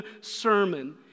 sermon